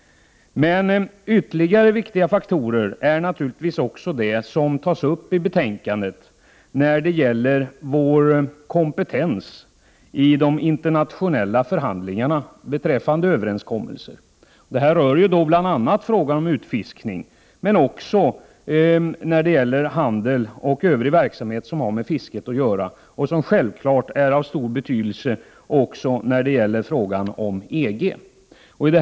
Ännu en viktig faktor är naturligtvis det som tas upp i betänkandet när det gäller vår kompetens i de internationella förhandlingarna om överenskommelser. Detta rör bl.a. frågan om utfiskning men också handel och övrig verksamhet som har med fisket att göra. Självfallet är det också av stor betydelse när det gäller frågan om EG.